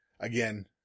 Again